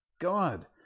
God